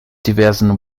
diversen